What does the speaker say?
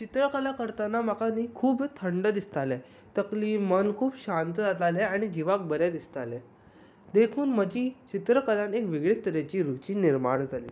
चित्रकला करतना म्हाका खूब थंड दिसतालें तकली मन खूब शांत जातालें आनी जिवाक बरें दिसतालें देखून म्हजी चित्रकलांत एक वेगळेच तरेची रुची निर्माण जाली